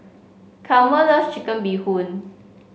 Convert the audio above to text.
Chalmer loves Chicken Bee Hoon